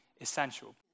essential